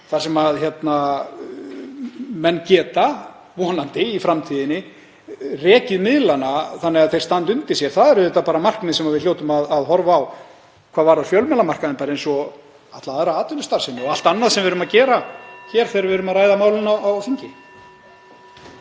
þar sem menn geta vonandi í framtíðinni rekið miðlana þannig að þeir standi undir sér er markmið sem við hljótum að horfa á hvað varðar fjölmiðlamarkaðinn eins og alla aðra atvinnustarfsemi og allt annað sem við erum að gera hér þegar við ræðum málin á þingi.